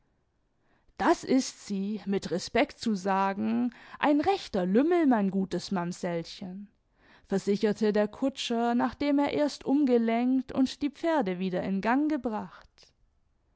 das ist sie mit respect zu sagen ein rechter lümmel mein gutes mamsellchen versicherte der kutscher nachdem er erst umgelenkt und die pferde wieder in gang gebracht